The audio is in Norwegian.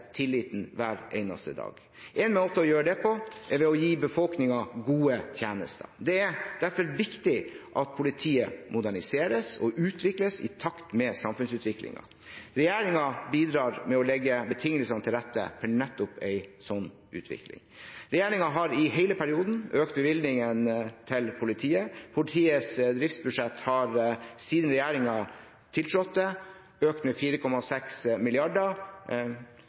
tilliten hver eneste dag. En måte å gjøre det på er å gi befolkningen gode tjenester. Det er derfor viktig at politiet moderniseres og utvikles i takt med samfunnsutviklingen. Regjeringen bidrar med å legge betingelsene til rette for nettopp en slik utvikling. Regjeringen har i hele perioden økt bevilgningene til politiet. Politiets driftsbudsjett har, siden regjeringen tiltrådte, økt med 4,6